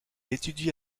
étudie